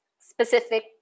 specific